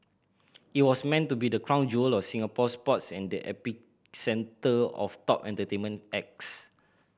it was meant to be the crown jewel of Singapore sports and the epicentre of top entertainment acts